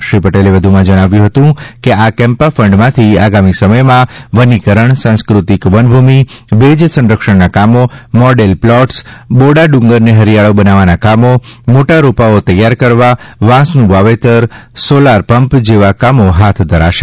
શ્રી પટેલે વધુમાં જણાવ્યું હતું કે આ કેમ્પા ફંડમાંથી આગામી સમયમાં વનીકરણ સાંસ્કૃતિક વનભૂમિ ભેજ સંરક્ષણના કામો મોડલ પ્લોટ બોડા ડુંગરને હરીયાળો બનાવવાના કામો મોટા રોપાઓ તૈયાર કરવા વાંસનું વાવેતર સોલાર પંપ જેવા કામો હાથ ધરાશે